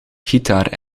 gitaar